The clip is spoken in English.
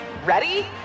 Ready